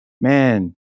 Man